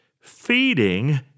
feeding